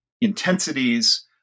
intensities